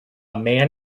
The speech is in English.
man